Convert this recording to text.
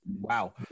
Wow